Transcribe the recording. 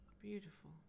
beautiful